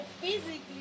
physically